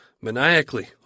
Maniacally